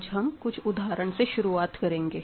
आज हम कुछ उदाहरण से शुरुआत करेंगे